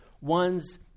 One's